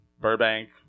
Burbank